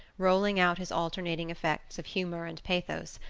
rolling out his alternating effects of humour and pathos,